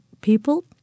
people